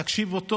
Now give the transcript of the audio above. תקשיבו טוב,